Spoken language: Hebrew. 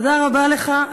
תודה רבה לך.